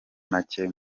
make